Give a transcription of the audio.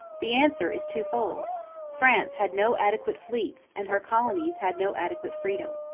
the answer is two-fold france had no adequate fleets and her colonies had no adequate freedom.